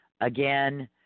Again